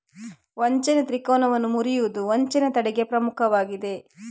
ವಂಚನೆ ತ್ರಿಕೋನವನ್ನು ಮುರಿಯುವುದು ವಂಚನೆ ತಡೆಗೆ ಪ್ರಮುಖವಾಗಿದೆ